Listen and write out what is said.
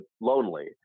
lonely